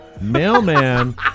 mailman